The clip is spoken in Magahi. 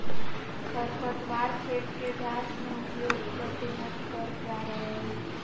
खरपतवार खेत के घास में उपयोग कर के नष्ट करल जा रहल हई